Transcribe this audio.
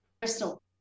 crystal